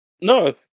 No